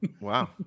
Wow